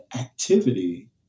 activity